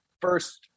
first